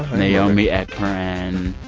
naomi ekperigin.